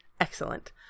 excellent